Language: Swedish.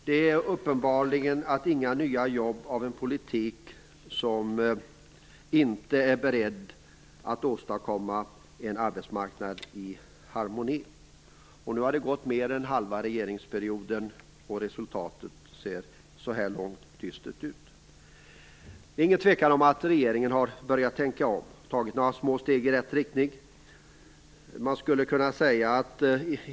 Det är uppenbart att man inte skapar några nya jobb med en politik som inte innebär att man är beredd att åstadkomma en arbetsmarknad i harmoni. Nu har mer än halva regeringsperioden gått, och resultatet ser så här långt dystert ut. Det råder inget tvivel om att regeringen har börjat tänka om, tagit några små steg i rätt riktning.